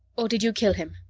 or did you kill him?